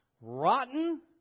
rotten